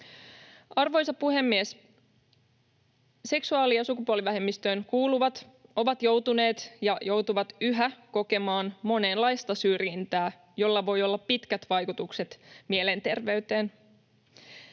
Arvoisa puhemies! Seksuaali- ja sukupuolivähemmistöön kuuluvat ovat joutuneet ja joutuvat yhä kokemaan monenlaista syrjintää, jolla voi olla pitkät vaikutukset mielenterveyteen.